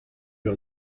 wir